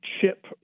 Chip